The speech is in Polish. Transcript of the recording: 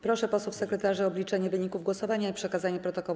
Proszę posłów sekretarzy o obliczenie wyników głosowania i przekazanie protokołu